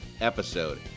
episode